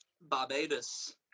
Barbados